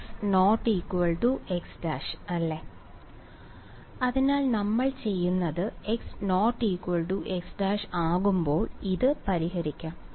x⧧x′ അല്ലേ അതിനാൽ നമ്മൾ ചെയ്യുന്നത് x⧧x′ ആകുമ്പോൾ ഇത് പരിഹരിക്കാം